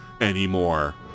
anymore